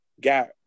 got